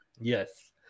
Yes